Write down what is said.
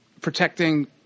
protecting